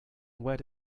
where